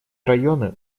районы